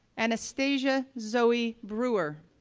anastasia zooey brewer,